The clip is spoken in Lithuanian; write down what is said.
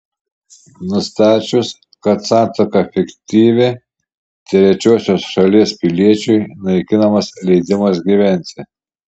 nustačius kad santuoka fiktyvi trečiosios šalies piliečiui naikinamas leidimas gyventi